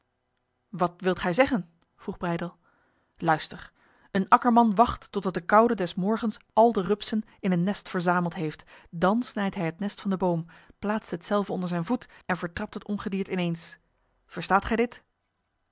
wat wilt gij zeggen vroeg breydel luister een akkerman wacht totdat de koude des morgens al de rupsen in een nest verzameld heeft dan snijdt hij het nest van de boom plaatst hetzelve onder zijn voet en vertrapt het ongediert ineens verstaat